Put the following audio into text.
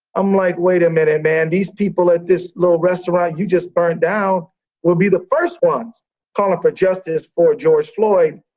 i'm like, wait a minute, and man. these people at this little restaurant you just burnt down would be the first ones calling for justice for george floyd.